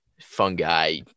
Fungi